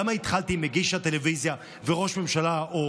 למה התחלתי עם מגיש הטלוויזיה וראש ממשלה או